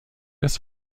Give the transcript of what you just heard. des